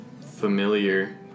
familiar